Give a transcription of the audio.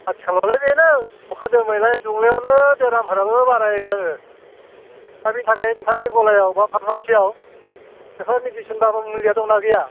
आथिखालावलाय बेनो अखा दोमैलाय दुंलायावनो बेरामफोराबो बाराहोलाङो दा बिनि थाखाय नोंथांनि गलायाव बा फारमासियाव बेफोर मेडिसिन दावा मुलिया दंना गैया